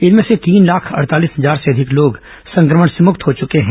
इनमें से तीन लाख अड़तालीस हजार से अधिक लोग संक्रमण से मुक्त हो चुके हैं